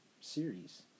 series